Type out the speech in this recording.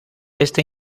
este